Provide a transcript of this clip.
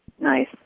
Nice